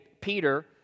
Peter